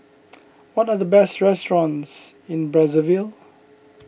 what are the best restaurants in Brazzaville